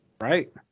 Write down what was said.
Right